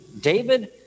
David